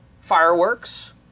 fireworks